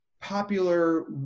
popular